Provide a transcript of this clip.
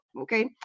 okay